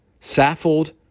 Saffold